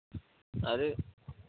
आरे